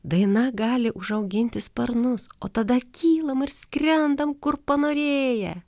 daina gali užauginti sparnus o tada kylam ir skrendam kur panorėję